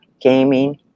Gaming